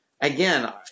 again